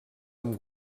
amb